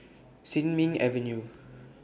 Sin Ming Avenue